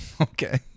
Okay